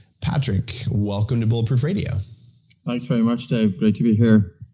patrick, welcome to bulletproof radio thanks very much, dave. great to be here